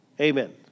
Amen